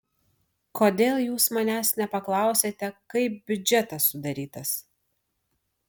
kodėl jūs manęs nepaklausėte kaip biudžetas sudarytas